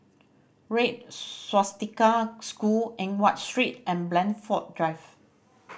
Red Swastika School Eng Watt Street and Blandford Drive